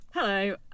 Hello